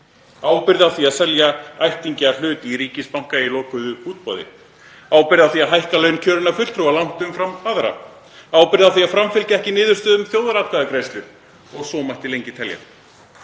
ábyrgð á því að selja ættingja hlut í ríkisbanka í lokuðu útboði, á því að hækka laun kjörinna fulltrúa langt umfram aðra, á því að framfylgja ekki niðurstöðum þjóðaratkvæðagreiðslu og svo mætti lengi telja.